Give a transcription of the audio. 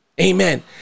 Amen